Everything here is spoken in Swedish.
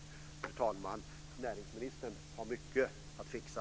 Fru talman! Näringsministern har mycket att fixa.